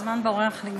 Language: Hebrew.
הזמן בורח לי.